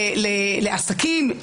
לעסקים,